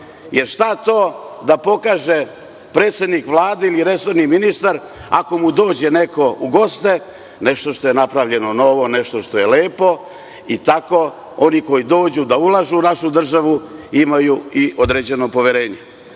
Jer, šta to da pokaže predsednik Vlade ili resorni ministar ako mu dođe neko u goste, nešto što je napravljeno novo, nešto što je lepo i tako oni koji dođu da ulažu u našu državu, imaju i određeno poverenje. Mi